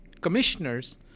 commissioners